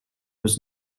was